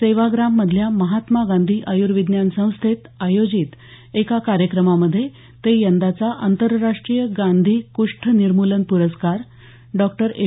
सेवाग्राम मधल्या महात्मा गांधी आयुर्विज्ञान संस्थेत आयोजित एका कार्यक्रमामध्ये ते यंदाचा आंतरराष्ट्रीय गांधी कुष्ठ निर्मूलन पुरस्कार डॉक्टर एम